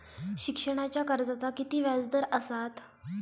शिक्षणाच्या कर्जाचा किती व्याजदर असात?